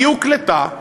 היא הוקלטה,